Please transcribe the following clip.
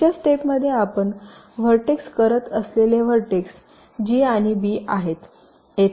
पुढच्या स्टेप मध्ये आपण व्हर्टेक्स करत असलेले व्हर्टेक्स g आणि b आहेत